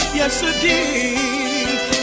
yesterday